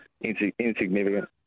insignificant